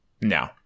No